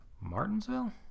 Martinsville